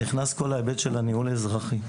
נכנס כל ההיבט של הניהול אזרחי.